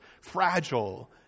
fragile